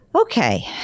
Okay